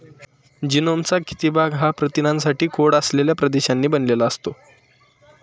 जीनोमचा किती भाग हा प्रथिनांसाठी कोड असलेल्या प्रदेशांनी बनलेला असतो?